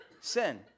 sin